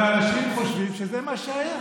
ואנשים חושבים שזה מה שהיה,